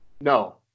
No